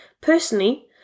Personally